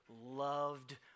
loved